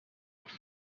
b’ejo